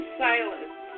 silence